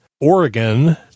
Oregon